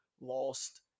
lost